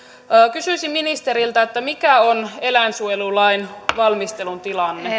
kysyisin ministeriltä mikä on eläinsuojelulain valmistelun tilanne